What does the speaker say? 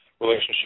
relationship